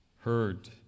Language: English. heard